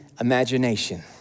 imagination